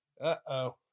uh-oh